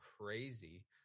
crazy